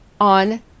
on